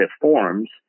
forms